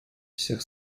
всех